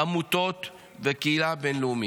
עמותות והקהילה בין-לאומית.